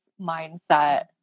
mindset